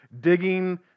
digging